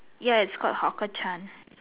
ya it's called hawker Chan